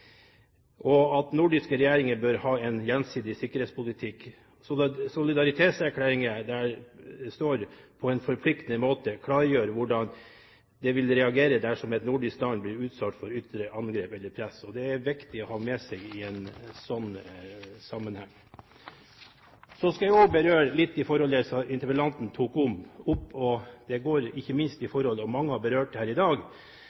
Nordiske regjeringer bør ha en gjensidig sikkerhetspolitikk – en solidaritetserklæring – der de på en forpliktende måte klargjør hvordan de ville reagere dersom et nordisk land blir utsatt for et ytre angrep eller press. Dette er viktig i en sånn sammenheng. Så skal jeg også berøre et annet forhold som interpellanten tok opp, og som mange har berørt her i dag, nemlig debatten om mulig økt olje- og gassproduksjon i